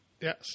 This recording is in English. Yes